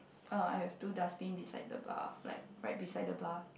uh I have two dustbin beside the bar like right beside the bar